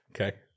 Okay